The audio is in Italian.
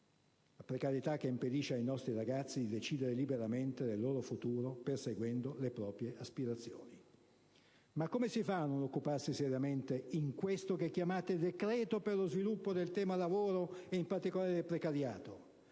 precarietà che impedisce ai nostri ragazzi di decidere liberamente del loro futuro perseguendo le proprie aspirazioni. Ma come si fa a non occuparsi seriamente, in questo che chiamate decreto per lo sviluppo, del tema del lavoro e, in particolare, del precariato?